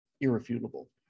irrefutable